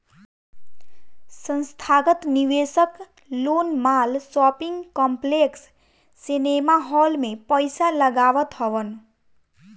संथागत निवेशक लोग माल, शॉपिंग कॉम्प्लेक्स, सिनेमाहाल में पईसा लगावत हवन